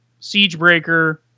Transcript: Siegebreaker